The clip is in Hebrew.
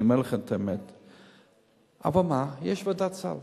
אבל מה, יש ועדת סל.